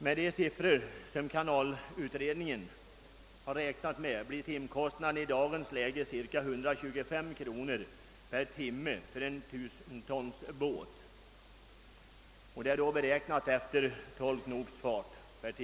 Med de siffror som kanalutredningen har räknat med blir timkostnaden i dagens läge cirka 125 kronor för en 1 000-tonsbåt, beräknat efter 12 knops fart.